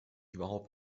überhaupt